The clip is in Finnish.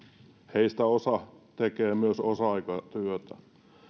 heistä osa tekee myös osa aikatyötä